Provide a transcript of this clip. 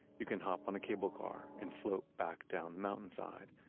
you can hop on a cable car and float back down the mountainside,